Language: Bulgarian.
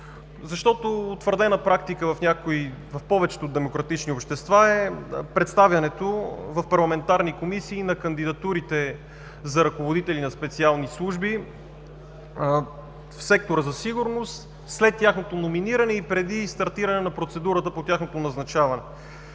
Утвърдена практика в повечето демократични общества е представянето в парламентарни комисии на кандидатурите за ръководители на специални служби в сектора за сигурност, след тяхното номиниране и преди стартиране на процедурата по тяхното назначаване.